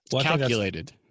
Calculated